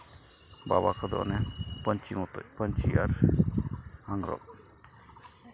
ᱵᱟᱵᱟ ᱠᱚᱫᱚ ᱚᱱᱮ ᱯᱟᱹᱧᱪᱤ ᱢᱚᱛᱚᱡ ᱯᱟᱹᱧᱪᱤ ᱟᱨ ᱟᱝᱜᱽᱨᱚᱵ